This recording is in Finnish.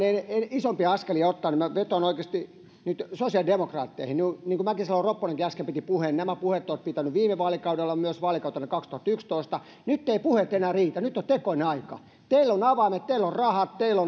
isompia askelia ottaa minä vetoan oikeasti nyt sosiaalidemokraatteihin niin kuin mäkisalo ropponenkin äsken piti puheen niin nämä puheet te olette pitäneet viime vaalikaudella ja myös vaalikautena kaksituhattayksitoista nyt eivät puheet enää riitä nyt on tekojen aika teillä on avaimet teillä on rahat teillä